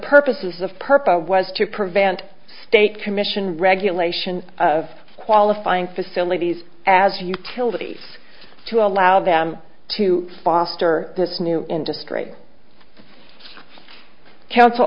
purposes of purpose was to prevent state commission regulation of qualifying facilities as you killed a case to allow them to foster this new industry council